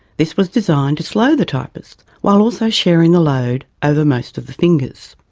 this was designed to slow the typist, while also sharing the load over most of the fingers.